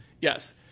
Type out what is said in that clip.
Yes